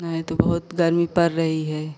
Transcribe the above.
ना ये तो बहुत गरमी पर रही है